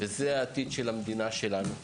זה העתיד של המדינה שלנו.